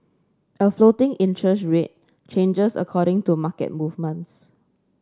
a floating interest rate changes according to market movements